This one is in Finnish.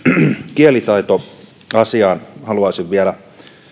kielitaitoasiaan haluaisin vielä